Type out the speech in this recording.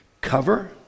Cover